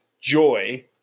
joy